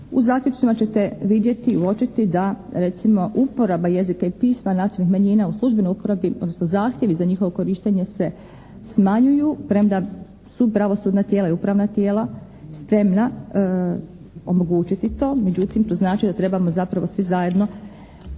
U zaključcima ćete vidjeti i uočiti da recimo uporaba jezika i pisma nacionalnih manjina u službenoj uporabi, odnosno zahtjevi za njihovo korištenje se smanjuju premda su pravosudna tijela i upravna tijela spremna omogućiti to. Međutim, to znači da trebamo zapravo svi zajedno